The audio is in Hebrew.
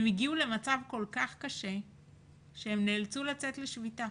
הן הגיעו למצב כל כך קשה שהן נאלצו לצאת לשביתה